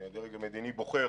שהדרג המדיני בוחר